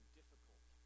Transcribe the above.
difficult